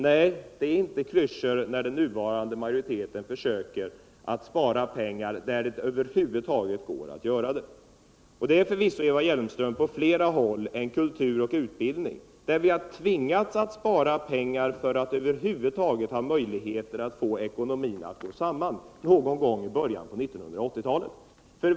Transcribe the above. Det kan inte kallas klyschor när den nuvarande majoriteten argumenterar för att det är nödvändigt att spara pengar, där det över huvud taget är möjligt att göra det. Det är förvisso så, Eva Hjelmström, att vi på flera punkter på kultur och utbildningsområdet tvingas spara pengar för att över huvud taget i början av 1980-talet få ekonomin att gå ihop.